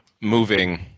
moving